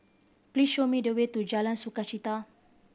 please show me the way to Jalan Sukachita